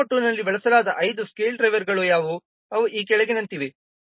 COCOMO II ನಲ್ಲಿ ಬಳಸಲಾದ 5 scale ಡ್ರೈವರ್ಗಳು ಯಾವುವು ಅವು ಈ ಕೆಳಗಿನಂತಿವೆ